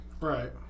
Right